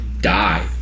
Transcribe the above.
die